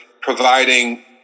providing